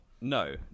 No